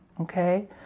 Okay